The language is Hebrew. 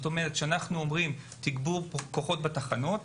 כשאנחנו אומרים תגבור כוחות בתחנות,